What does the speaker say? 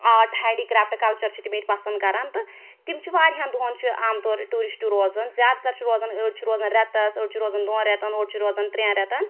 art ہینٛڈی کرٛافٹہٕ culture چھِ تِم ییٚتہِ پَسَنٛد کران تہٕ تم چھِ واریاہن دۄہن چھِ عام طور ٹیٛورسٹہٕ روزان زیادٕ تر چھِ روزان أڑۍ چھِ روزان ریٚتَس أڑۍ چھِ روزان دۄن ریٚتَن أڑۍ چھِ روزان ترٛیٚن ریٚتَن